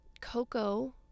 Coco